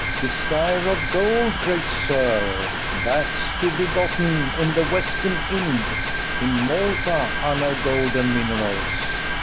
desire of gold, great sir! that's to be gotten in the western inde in malta are no golden minerals.